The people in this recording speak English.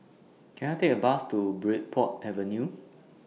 Can I Take A Bus to Bridport Avenue